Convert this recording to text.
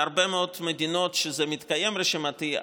בהרבה מאוד מדינות שבהן זה מתקיים רשימתית,